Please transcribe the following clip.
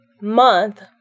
month